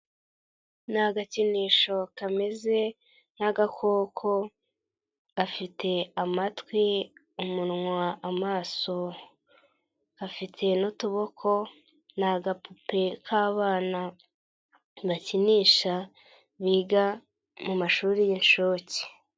Ni agakinisho kameze, nk'agakoko, gafite amatwi, umunwa amaso, gafite n'utuboko, ni agapupe k'abana, bakinisha biga mu mashuri y'inshuke.